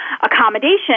accommodation